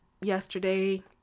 yesterday